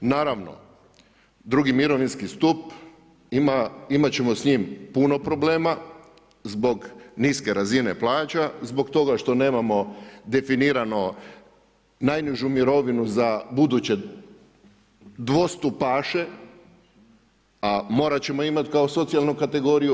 Naravno, drugi mirovinski stup ima, imat ćemo s njim puno problema zbog niske razine plaća, zbog toga što nemamo definirano najnižu mirovinu za buduće dvostupaše, a morat ćemo imati kao socijalnu kategoriju.